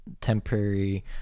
temporary